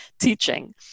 teaching